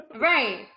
Right